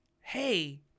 hey